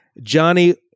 Johnny